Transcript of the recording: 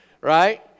right